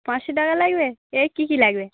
পাঁচশো টাকা লাগবে এর কী কী লাগবে